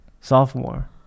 Sophomore